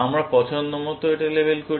আমরা পছন্দমতো এটা লেবেল করি